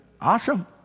awesome